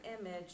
image